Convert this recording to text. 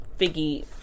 figgy